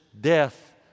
death